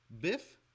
Biff